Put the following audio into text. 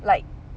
like